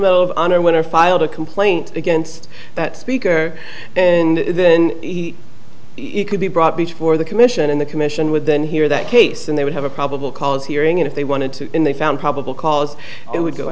honor winner filed a complaint against that speaker then he could be brought before the commission and the commission would then hear that case and they would have a probable cause hearing if they wanted to and they found probable cause it would go